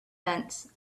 fence